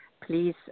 please